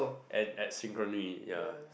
and at synchronously ya